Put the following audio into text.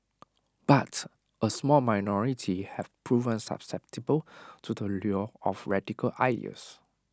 but A small minority have proven susceptible to the lure of radical ideas